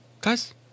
Guys